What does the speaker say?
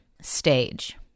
stage